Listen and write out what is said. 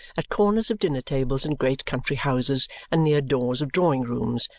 at corners of dinner-tables in great country houses and near doors of drawing-rooms,